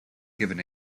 given